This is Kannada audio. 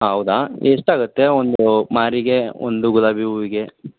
ಹಾಂ ಹೌದಾ ಎಷ್ಟಾಗುತ್ತೆ ಒಂದು ಮಾರಿಗೆ ಒಂದು ಗುಲಾಬಿ ಹೂವಿಗೆ